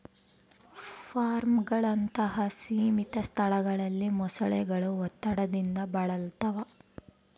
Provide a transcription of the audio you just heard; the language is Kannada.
ಫಾರ್ಮ್ಗಳಂತಹ ಸೀಮಿತ ಸ್ಥಳಗಳಲ್ಲಿ ಮೊಸಳೆಗಳು ಒತ್ತಡದಿಂದ ಬಳಲ್ತವ